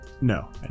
No